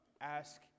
ask